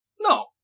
No